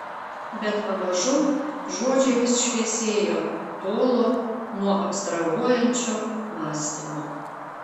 bet pamažu žodžiai vis šviesėjo tolo nuo abstrahuojančio mąstymo